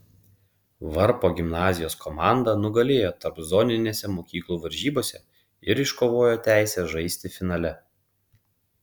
varpo gimnazijos komanda nugalėjo tarpzoninėse mokyklų varžybose ir iškovojo teisę žaisti finale